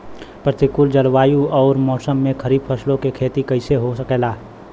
प्रतिकूल जलवायु अउर मौसम में खरीफ फसलों क खेती कइसे हो सकेला?